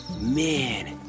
Man